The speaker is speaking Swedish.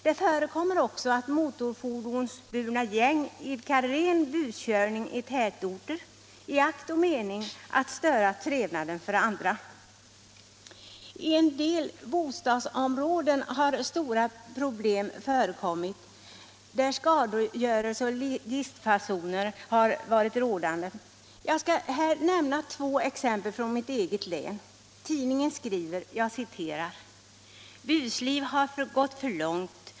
Det förekommer också att motorfordonsburna gäng idkar ren buskörning i tätorter i akt och mening att störa trevnaden för andra människor. I en del bostadsområden, där skadegörelse och ligistfasoner har varit rådande, har stora problem uppstått. Jag skall här nämna två exempel från mitt eget län. En tidning skriver om det första fallet: Busliv har gått för långt.